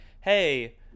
hey